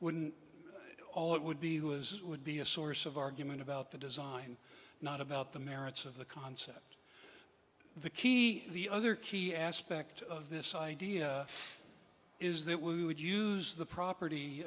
wouldn't all it would be was it would be a source of argument about the design not about the merits of the concept the key the other key aspect of this idea is that we would use the property